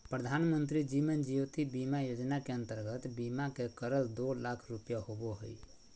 प्रधानमंत्री जीवन ज्योति बीमा योजना के अंतर्गत बीमा के रकम दो लाख रुपया होबो हइ